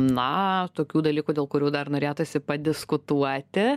na tokių dalykų dėl kurių dar norėtųsi padiskutuoti